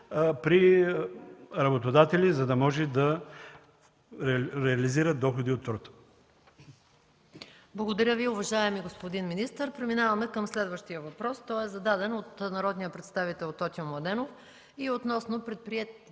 при работодатели, за да може да реализират доходи от труд.